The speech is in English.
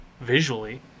Visually